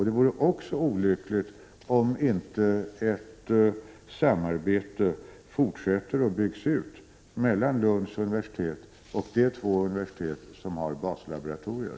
Det vore också olyckligt om inte ett samarbete kunde fortsätta och byggas ut mellan Lunds universitet och de två universitet som har baslaboratorier.